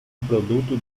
produto